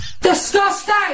Disgusting